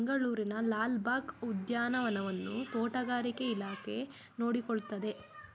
ಬೆಂಗಳೂರಿನ ಲಾಲ್ ಬಾಗ್ ಉದ್ಯಾನವನವನ್ನು ತೋಟಗಾರಿಕೆ ಇಲಾಖೆ ನೋಡಿಕೊಳ್ಳುತ್ತದೆ